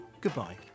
goodbye